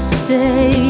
stay